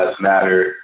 Matter